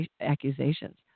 accusations